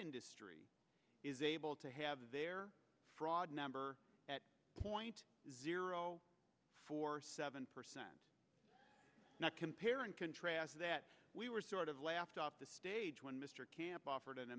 industry is able to have their fraud number at point zero four seven percent not compare and contrast that we were sort of laughed off the stage when mr camp offered an